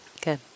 good